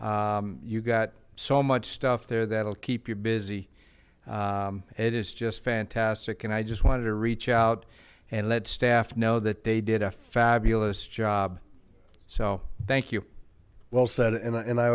hoops you got so much stuff there that'll keep you busy it is just fantastic and i just wanted to reach out and let staff know that they did a fabulous job so thank you well said and i